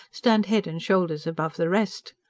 stand head and shoulders above the rest.